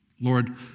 Lord